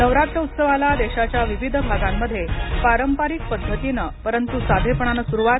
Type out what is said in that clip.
नवरात्र उत्सवाला देशाच्या विविध भागांमध्ये पारंपरिक पद्धतीनं परंतु साधेपणानं सुरुवात